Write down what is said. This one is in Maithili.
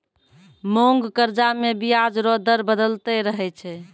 मांग कर्जा मे बियाज रो दर बदलते रहै छै